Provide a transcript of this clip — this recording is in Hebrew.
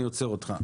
אני עוצר אותך.